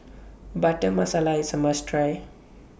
Butter Masala IS A must Try